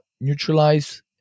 neutralize